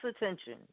attention